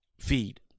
feed